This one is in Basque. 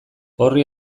horri